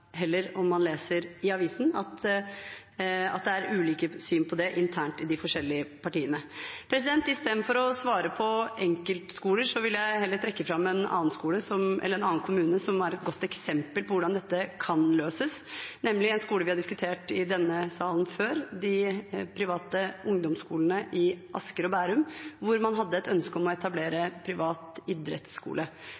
i aviser at det er ulike syn på det internt i de forskjellige partiene. Istedenfor å svare på spørsmål om enkeltskoler vil jeg trekke fram en annen kommune, som er et godt eksempel på hvordan dette kan løses, skoler vi har diskutert i denne salen før. Det er de private ungdomsskolene i Asker og Bærum, hvor man hadde et ønske om å etablere